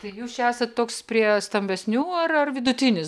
tai jūs čia esat toks prie stambesnių ar ar vidutinis